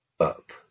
up